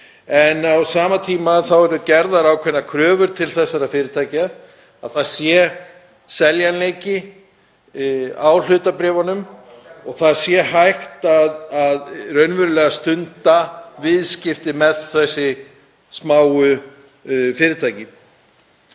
Á sama tíma eru gerðar ákveðnar kröfur til þessara fyrirtækja, að það sé seljanleiki á hlutabréfunum og að raunverulega sé hægt að stunda viðskipti með þessi smáu fyrirtæki.